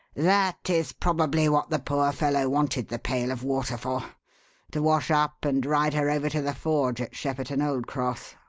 that is probably what the poor fellow wanted the pail of water for to wash up and ride her over to the forge at shepperton old cross.